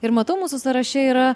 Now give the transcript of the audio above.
ir matau mūsų sąraše yra